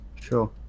Sure